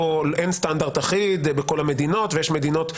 אין סטנדרט אחיד בכל המדינות ויש מדינות,